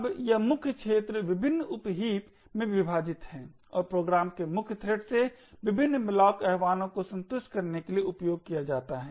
अब यह मुख्य क्षेत्र विभिन्न उप हीप में विभाजित है और प्रोग्राम के मुख्य थ्रेड से विभिन्न malloc आह्वानों को संतुष्ट करने के लिए उपयोग किया जाता है